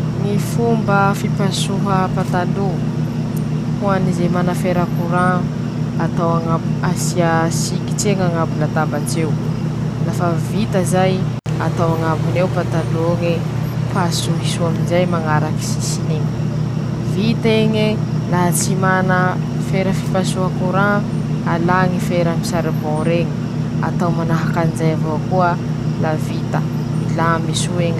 Fomba hanasako soa ñy tañako: -Mangalaky savony aho, na savony fanasà taña, na kiliny, -<ptoa>Alà ñy tañ'eñy sasà rano, lafa baka sinasa rano i, asia kiliny, hozà soa, -Alà iaby ñy lotoloto mbeñy.